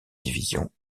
division